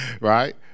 right